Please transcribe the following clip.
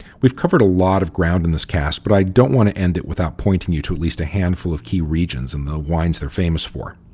we've covered a lot of ground in this cast, but i don't want to end it without pointing you to at least a handful of key regions and the wines they're famous for.